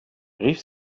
rief